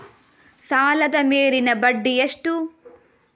ಸಾಲದ ಮೇಲಿನ ಬಡ್ಡಿ ಎಷ್ಟು?